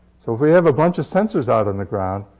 so if we have a bunch of sensors out on the ground,